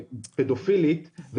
פדופילית -- אוי, באמת.